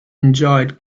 enjoyed